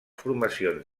formacions